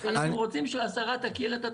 אנחנו רוצים שהשרה תכיר את התוכנית.